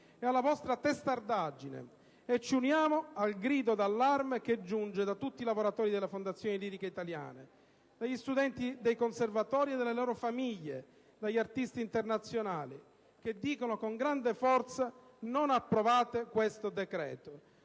e alla vostra testardaggine; ci uniamo al grido di allarme che giunge da tutti i lavoratori delle fondazioni liriche italiane: dagli studenti dei conservatori e dalle loro famiglie, dagli artisti internazionali che invocano con forza la non approvazione di questo decreto.